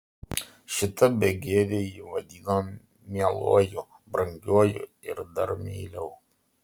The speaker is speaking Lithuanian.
šita begėdė jį vadino mieluoju brangiuoju ir dar meiliau